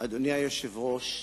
אדוני היושב-ראש,